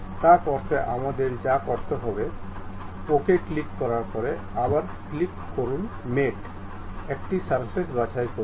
তা করতে আমাদের যা করতে হবে OK ক্লিক করার পরে আবার ক্লিক করুন মেট একটি সারফেস বাছাই করুন